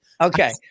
Okay